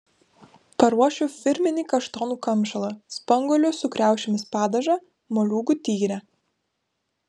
paruošiu firminį kaštonų kamšalą spanguolių su kriaušėmis padažą moliūgų tyrę